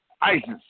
ISIS